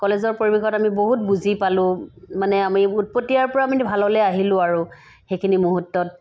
কলেজৰ পৰিৱেশত আমি বহুত বুজি পালোঁ মানে আমি উৎপতীয়াৰ পৰা আমি ভাললৈ আহিলোঁ আৰু সেইখিনি মুহূৰ্তত